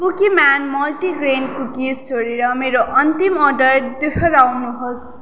कुकी man multigrain cookies छोडेर मेरो अन्तिम अर्डर दोहोर्याउनु होस्